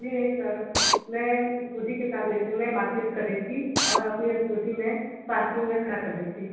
जी नहीं सर मैं स्कूटी के साथ नहीं थी मैं मार्केट कर रही थी और अपनी स्कूटी मैं पार्किंग में खड़ा कर दी थी